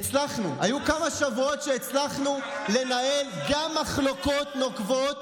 היו כמה שבועות שהצלחנו לנהל גם מחלוקות נוקבות